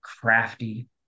crafty